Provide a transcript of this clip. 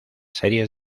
series